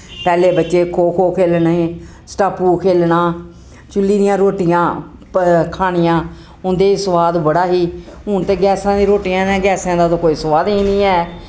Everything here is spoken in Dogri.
पैह्लें बच्चे खो खो खेलने स्टापू खेलना चुल्ली दियां रोटियां खानियां उंदे च स्वाद बड़ा ही हून ते गैसां दी रोटियां ते गैस्सें दा ते कोई सोआद ही निं ऐ